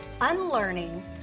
unlearning